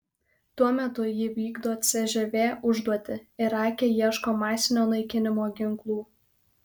tuo metu ji vykdo cžv užduotį irake ieško masinio naikinimo ginklų